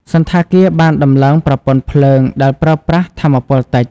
សណ្ឋាគារបានតម្លើងប្រព័ន្ធភ្លើងដែលប្រើប្រាស់ថាមពលតិច។